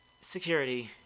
Security